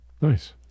Nice